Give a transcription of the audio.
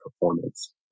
performance